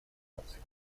наций